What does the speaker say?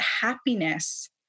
happiness